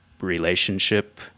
relationship